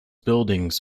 buildings